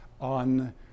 on